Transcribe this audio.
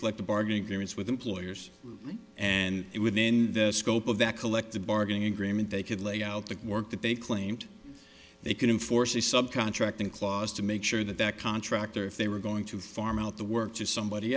collective bargaining agreements with employers and it within the scope of that collective bargaining agreement they could lay out the work that they claimed they couldn't force the sub contract in clause to make sure that that contractor if they were going to farm out the work to somebody